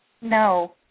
No